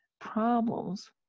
problems